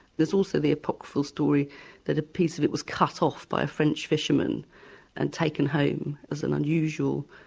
there's also the apocryphal story that a piece of it was cut off by a french fisherman and taken home as an unusual,